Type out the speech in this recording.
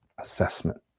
assessment